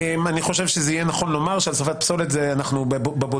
אני חושב שזה יהיה נכון לומר שעל שריפת פסולת אנחנו בבודדים,